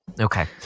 Okay